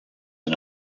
and